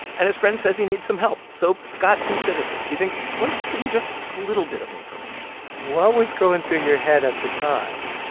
and his friend says he need some help. so scott considers it. he thinks what if i give him just a little bit of information what was going through your head at the time?